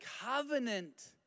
covenant